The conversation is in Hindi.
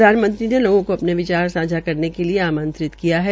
प्रधानमंत्री ने लोगों को अपने विचार सांझा करने के लिए आंमत्रित किया है